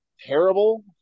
terrible